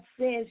says